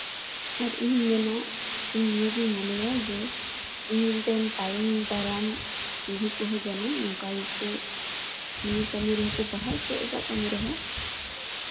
ᱟᱨ ᱤᱧ ᱢᱮᱱᱟ ᱤᱧ ᱱᱚᱣᱟᱜᱤᱧ ᱢᱚᱱᱮᱭᱟ ᱡᱮ ᱤᱧ ᱨᱮᱱ ᱛᱟᱭᱚᱢ ᱫᱟᱨᱟᱢ ᱯᱤᱲᱦᱤ ᱠᱚᱦᱚᱸ ᱡᱮᱱᱚ ᱱᱚᱝᱠᱟ ᱜᱮᱠᱚ ᱱᱤᱭᱟᱹ ᱠᱟᱹᱢᱤ ᱨᱮᱦᱚᱸ ᱠᱚ ᱯᱟᱲᱦᱟᱜ ᱥᱮ ᱮᱴᱟᱜ ᱠᱟᱹᱢᱤᱨᱮᱜᱚᱸ